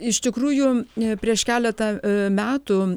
iš tikrųjų prieš keletą metų